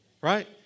right